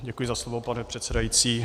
Děkuji za slovo, pane předsedající.